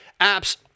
apps